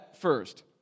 first